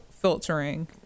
filtering